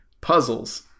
puzzles